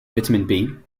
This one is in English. vitamin